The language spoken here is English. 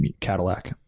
cadillac